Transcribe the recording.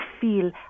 feel